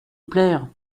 plaire